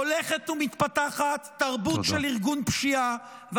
הולכת ומתפתחת תרבות של ארגון פשיעה,